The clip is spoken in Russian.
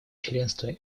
членства